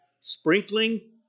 sprinkling